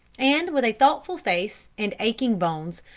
and, with a thoughtful face and aching bones,